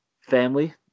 family